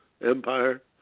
empire